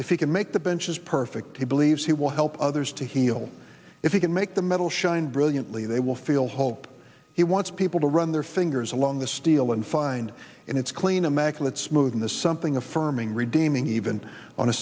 if he can make the bench is perfect he believes he will help others to heal if he can make the metal shine brilliantly they will feel hope he wants people to run their fingers along the steel and find in it's clean america let's move on to something affirming redeeming even on a